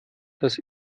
dass